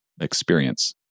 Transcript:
experience